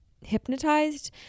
hypnotized